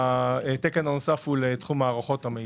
התקן הנוסף הוא לתחום הערכות המידע.